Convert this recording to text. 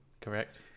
Correct